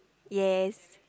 yes